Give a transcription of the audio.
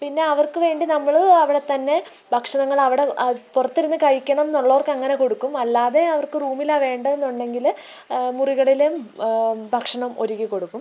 പിന്നെ അവർക്ക് വേണ്ടി നമ്മള് അവിടെത്തന്നെ ഭക്ഷണങ്ങള് അവിടെ പുറത്തിരുന്ന് കഴിക്കണമെന്നുള്ളവർക്ക് അങ്ങനെ കൊടുക്കും അല്ലാതെ അവർക്ക് റൂമിലാണു വേണ്ടതെന്ന് ഉണ്ടെങ്കില് മുറികളിലും ഭക്ഷണം ഒരുക്കിക്കൊടുക്കും